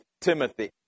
Timothy